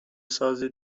سازی